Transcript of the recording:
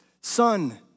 Son